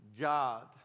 God